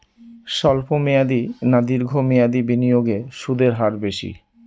স্বল্প মেয়াদী না দীর্ঘ মেয়াদী বিনিয়োগে সুদের হার বেশী?